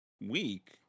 week